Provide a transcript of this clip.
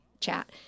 chat